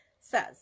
says